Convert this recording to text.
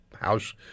house